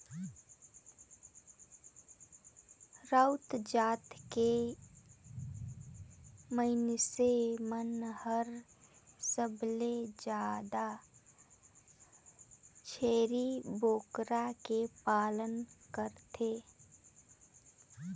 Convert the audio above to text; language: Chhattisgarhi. राउत जात के मइनसे मन हर सबले जादा छेरी बोकरा के पालन करथे